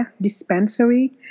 dispensary